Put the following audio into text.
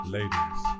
Ladies